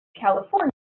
California